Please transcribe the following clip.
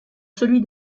celui